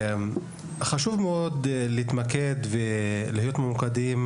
חשוב מאוד להתמקד ולהיות ממוקדים,